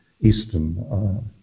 Eastern